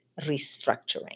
restructuring